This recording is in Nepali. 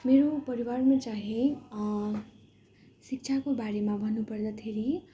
मेरो परिवारमा चाहिँ शिक्षाको बारेमा भन्नुपर्दाखेरि